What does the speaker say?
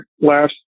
last